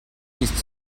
bis